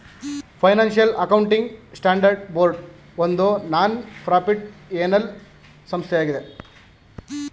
financial accounting standard board ಒಂದು non ಪ್ರಾಫಿಟ್ಏನಲ್ ಸಂಸ್ಥೆಯಾಗಿದೆ